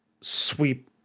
sweep